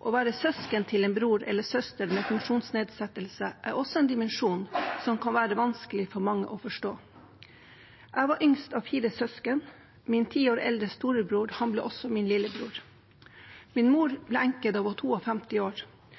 Å være søsken til en bror eller søster med funksjonsnedsettelse er også en dimensjon som kan være vanskelig for mange å forstå. Jeg var yngst av fire søsken. Min ti år eldre storebror ble også min lillebror. Min mor ble enke da hun var 52 år,